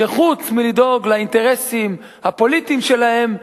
שחוץ מלדאוג לאינטרסים הפוליטיים שלהם,